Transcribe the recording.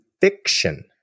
fiction